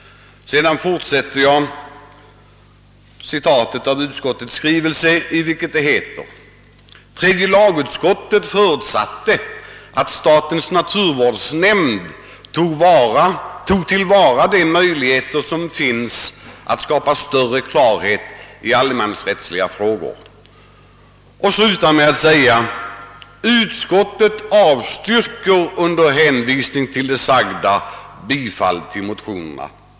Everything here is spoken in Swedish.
Jag fortsätter att citera utskottets skrivning: »Tredje lagutskottet förutsatte i sammanhanget att statens naturvårdsnämnd tog till vara de möjligheter som finns att skapa större klarhet i allemansrättsliga frågor.» Därefter slutar utskottet med att skriva att det under hänvisning till det sagda avstyrker bifall till motionerna.